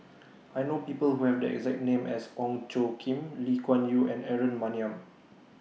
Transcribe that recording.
I know People Who Have The exact name as Ong Tjoe Kim Lee Kuan Yew and Aaron Maniam